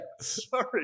sorry